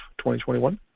2021